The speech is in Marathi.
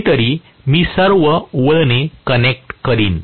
कधीतरी मी सर्व वळणे कनेक्ट करीन